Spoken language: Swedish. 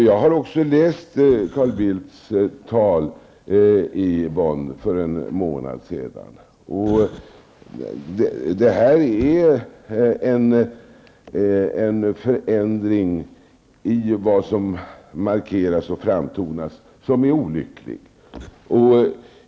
Jag har också läst Carl Bildts tal, som han höll i Bonn för en månad sedan. Det här är en olycklig förändring av det som markeras och framtonas.